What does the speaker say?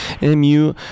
MU